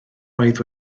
oedd